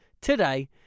today